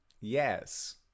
Yes